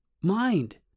mind